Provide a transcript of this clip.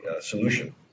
solution